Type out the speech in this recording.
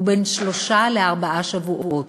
הוא בין שלושה לארבעה שבועות.